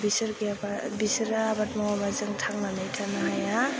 बिसोर गैयाबा बिसोरो आबाद मावाबा जों थांनानै थानो हाया